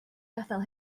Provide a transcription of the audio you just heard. gadal